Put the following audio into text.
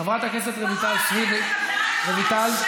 חברת הכנסת רויטל סויד, מוותרת,